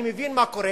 אני מבין מה קורה,